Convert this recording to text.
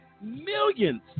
millions